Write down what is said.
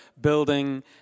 building